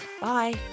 Bye